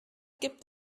gibt